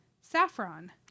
saffron